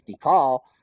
call